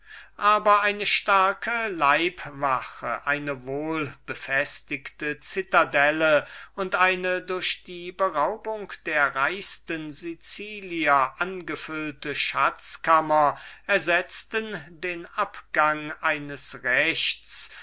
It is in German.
aber eine starke leibwache eine wohlbefestigte zitadelle und eine durch die beraubung der reichesten sicilianer angefüllte schatzkammer ersetzte den abgang eines rechts